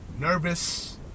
nervous